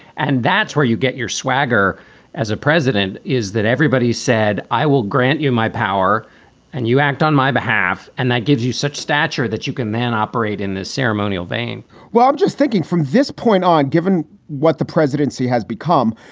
and that's where you get your swagger as a president, is that everybody said, i will grant you my power and you act on my behalf. and that gives you such stature that you can then operate in this ceremonial vein well, i'm just thinking from this point on, given what the presidency has become.